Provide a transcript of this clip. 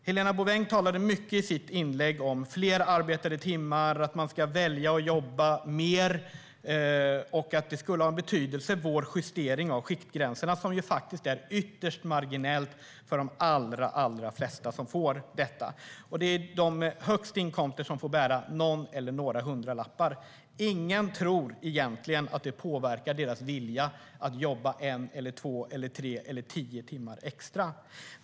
Helena Bouveng talade i sitt inlägg mycket om fler arbetade timmar, om att man ska välja att jobba mer och om att vår justering av skiktgränserna skulle ha betydelse. Denna justering är ytterst marginell för de allra flesta som berörs. Det är de med högst inkomster som får bära någon eller några hundralappar. Ingen tror egentligen att detta påverkar deras vilja att jobba en, två, tre eller tio timmar extra.